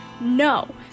no